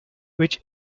which